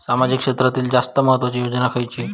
सामाजिक क्षेत्रांतील जास्त महत्त्वाची योजना खयची?